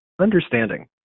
understanding